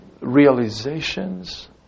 realizations